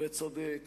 וצודק,